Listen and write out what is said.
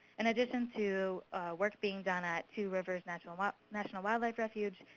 in addition to work being done at two rivers national ah national wildlife refuge,